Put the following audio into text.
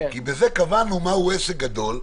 כי בזה קבענו מהו עסק גדול,